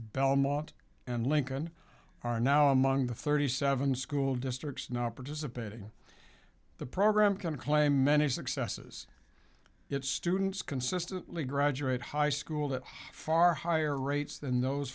belmont and lincoln are now among the thirty seven school districts not participating in the program can claim many successes its students consistently graduate high school that far higher rates than those